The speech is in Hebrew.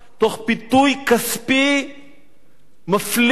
תוך פיתוי כספי מפליג,